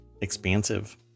expansive